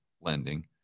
lending